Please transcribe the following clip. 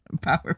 power